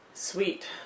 Sweet